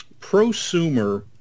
prosumer